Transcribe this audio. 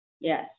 Yes